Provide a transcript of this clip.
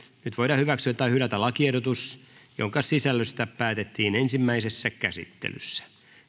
nyt voidaan hyväksyä tai hylätä lakiehdotus jonka sisällöstä päätettiin ensimmäisessä käsittelyssä